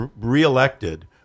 reelected